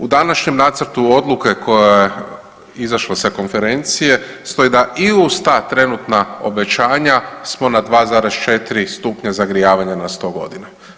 U današnjem nacrtu Odluke koja je izašla sa konferencije stoji da i uz ta trenutna obećanja smo na 2,4 stupnja zagrijavanja na 100 godina.